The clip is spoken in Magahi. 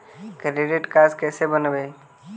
क्रेडिट कार्ड कैसे बनवाई?